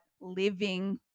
living